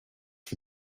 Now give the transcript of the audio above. for